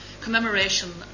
commemoration